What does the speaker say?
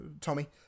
Tommy